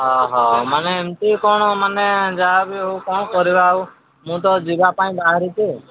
ଓ ହୋ ମାନେ ଏମିତି କ'ଣ ମାନେ ଯାହାବି ହେଉ କ'ଣ କରିବା ଆଉ ମୁଁ ତ ଯିବା ପାଇଁ ବାହାରିଛି